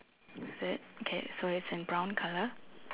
is it okay so it's in brown colour